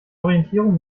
orientierung